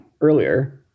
earlier